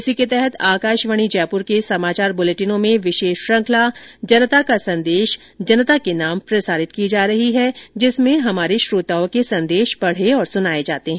इसी के तहत आकाशवाणी जयपुर के समाचार बुलेटिनों में विशेष श्रृखंला जनता का संदेश जनता के नाम प्रसारित की जा रही है जिसमें हमारे श्रोताओं के संदेश पढ़े और सुनाए जाते हैं